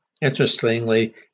Interestingly